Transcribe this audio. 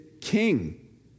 king